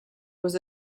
was